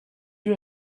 you